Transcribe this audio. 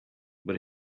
but